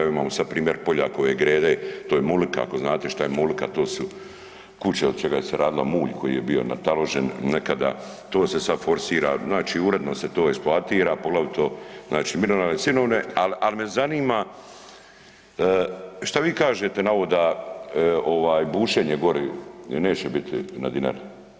Evo imamo sad primjer Poljakove grede to je mulika, ako znate šta je mulika, to su kuće od čega se je radila mulj koji je bio nataložen nekada, to se sad forsira, znači uredno se to eksploatira, a poglavito znači mineralne sirovine, ali me zanima šta vi kažete na ovo da ovaj bušenje gori neće biti na Dinari.